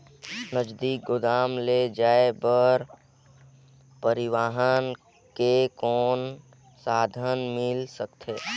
नजदीकी गोदाम ले जाय बर परिवहन के कौन साधन मिल सकथे?